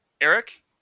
Eric